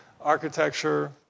architecture